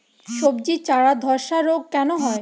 সবজির চারা ধ্বসা রোগ কেন হয়?